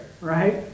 right